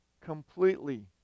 completely